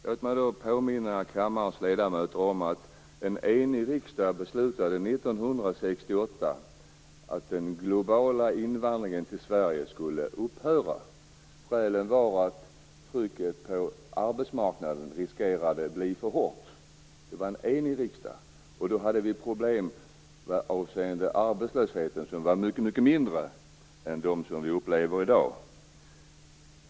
Låt mig då påminna kammarens ledamöter om att en enig riksdag 1968 beslutade att den globala invandringen till Sverige skulle upphöra. Skälet var att trycket på arbetsmarknaden riskerade att bli för hårt. Det var en enig riksdag. Då hade vi problem avseende arbetslösheten som var mycket mindre än de vi upplever i dag.